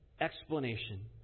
explanation